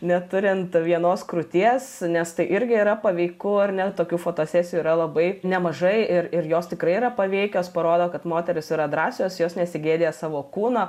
neturint vienos krūties nes tai irgi yra paveiku ar ne tokių fotosesijų yra labai nemažai ir ir jos tikrai yra paveikios parodo kad moterys yra drąsios jos nesigėdija savo kūno